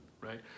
right